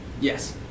Yes